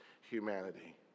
humanity